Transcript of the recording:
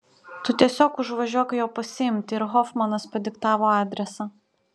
tu tiesiog užvažiuok jo pasiimti ir hofmanas padiktavo adresą